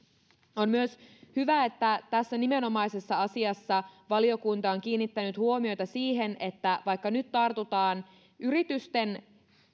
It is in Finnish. on myös hyvä että tässä nimenomaisessa asiassa valiokunta on kiinnittänyt huomiota siihen että vaikka nyt tartutaan yritysten